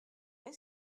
est